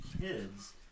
kids